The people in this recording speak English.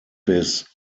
his